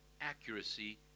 accuracy